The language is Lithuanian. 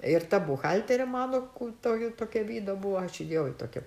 ir ta buhalterė mano kur tokia vida buvo ačiū dievui tokia